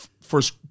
first